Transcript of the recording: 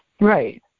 Right